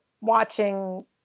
watching